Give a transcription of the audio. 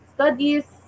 Studies